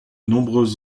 nombreuses